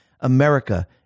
America